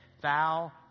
Thou